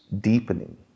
deepening